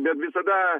bet visada